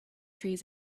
trees